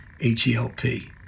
H-E-L-P